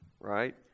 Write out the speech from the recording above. right